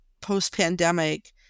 post-pandemic